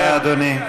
תודה, אדוני.